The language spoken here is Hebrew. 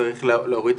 שלום לך, איתמר.